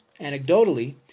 anecdotally